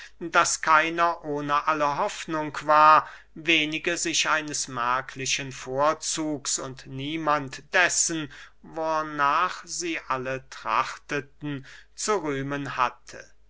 daß keiner ohne alle hoffnung war wenige sich eines merklichen vorzugs und niemand dessen wornach sie alle trachteten zu rühmen hatte